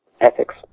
ethics